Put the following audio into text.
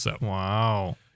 Wow